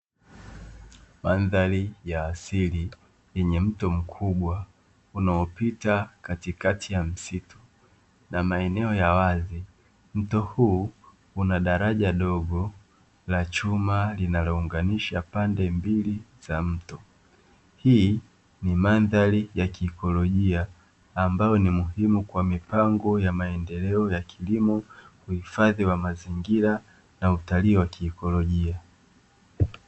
Mandhari ya asili yenye mto mkubwa unaopita katikati ya msitu na maeneo ya wazi. Mto huu unadaraja dogo la chuma, linalounganisha pande mbili za mto hii ni mandhari ya kiikolojia ambayo ni muhimu kwa mipango ya maendeleo ya kilimo, uifadhi wa mazingira na utalii wa kiikolojia.